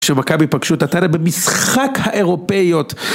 שמכבי פגשו את אתנה במשחק האירופאיות